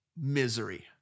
misery